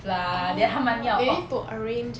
orh they need to arrange ah